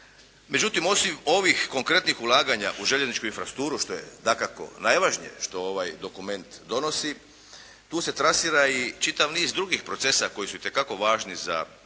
međutim osim ovih konkretnih ulaganja u željezničku infrastrukturu što je dakako najvažnije što ovaj dokument donosi tu se trasira i čitav niz drugih procesa koji su itekako važni za željeznicu.